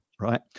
right